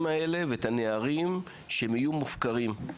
האלה ואת הנערים שהם יהיו מופקרים.